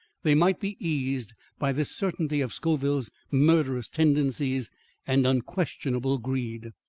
they might be eased by this certainty of scoville's murderous tendencies and unquestionable greed.